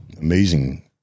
amazing